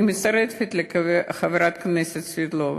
אני מצטרפת לחברת הכנסת סבטלובה,